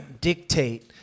dictate